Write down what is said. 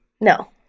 no